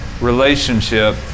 relationship